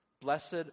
Blessed